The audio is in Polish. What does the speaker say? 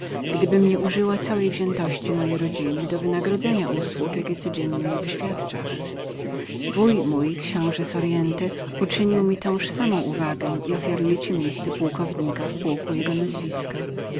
gdybym nie użyła całej wziętości mojej rodziny do wynagrodzenia przysług jakie codziennie mi wyświadczasz wuj mój książe soriento uczynił mi tęż samą uwagę i ofiaruje ci miejsce pułkownika w pułku jego nazwiska